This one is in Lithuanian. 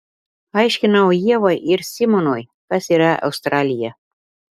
aiškinau ievai ir simonui kas yra australija